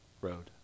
road